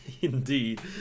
indeed